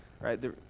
right